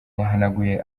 yahanuye